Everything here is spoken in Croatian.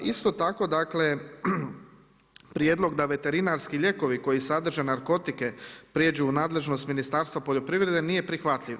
Isto tako dakle prijedlog da veterinarski lijekovi koji sadrže narkotike prijeđu u nadležnost Ministarstva poljoprivrede nije prihvatljiv.